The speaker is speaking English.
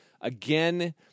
again